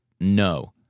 no